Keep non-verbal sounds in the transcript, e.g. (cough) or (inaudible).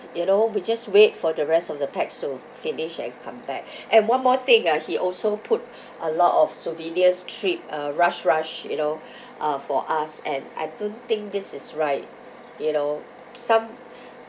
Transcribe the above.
you know we just wait for the rest of the pax to finish and come back (breath) and one more thing ah he also put (breath) a lot of souvenirs trip uh rush rush you know (breath) uh for us and I don't think this is right you know some (breath)